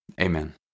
Amen